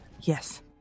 Yes